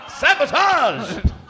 Sabotage